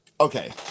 okay